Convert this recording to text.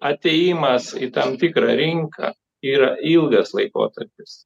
atėjimas į tam tikrą rinką yra ilgas laikotarpis